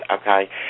Okay